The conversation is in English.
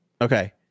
Okay